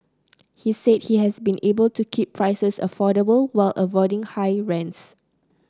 he said he has been able to keep prices affordable while avoiding high rents